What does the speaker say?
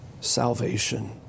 salvation